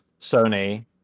Sony